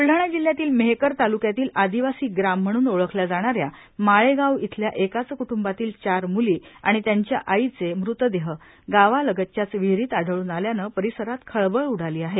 ब्लडाणा जिल्ह्यातील मेहकर तालुक्यातील आदिवासी ग्राम म्हणून ओळखल्या जाणाऱ्या माळेगाव इथल्या एकाच कृटुंबातील चार मूली आणि त्यांच्या आईचे मृतदेह गावालगतच्याच विहीरीत आढळून आल्यानं परिसरात खळबळ उडाली आहे